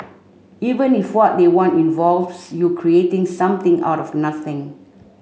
even if what they want involves you creating something out of nothing